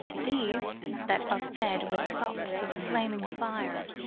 these that are fed with sops of flaming fire,